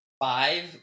Five